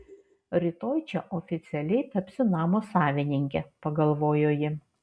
rytoj čia oficialiai tapsiu namo savininke pagalvojo ji